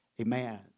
amen